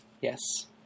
Yes